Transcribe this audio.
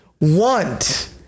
want